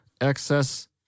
excess